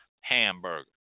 hamburger